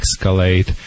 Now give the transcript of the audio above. escalate